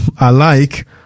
alike